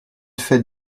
fête